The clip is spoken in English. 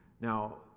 now